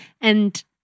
And-